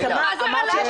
מה זה רלוונטי?